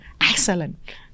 excellent